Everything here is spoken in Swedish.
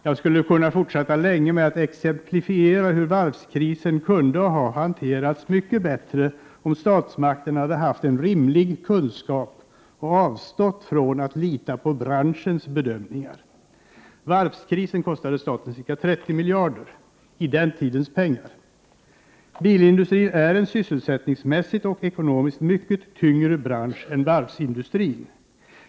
Jag skulle kunna fortsätta länge med att exemplifiera hur varvskrisen kunde ha hanterats mycket bättre om statsmakterna hade haft en rimlig kunskap och avstått från att lita på branschens bedömningar. Varvskrisen kostade staten ca 30 miljarder kronor i den tidens penningvärde. Bilindustrin är en sysselsättningsmässigt och ekonomiskt mycket tyngre bransch än varvsindustrin.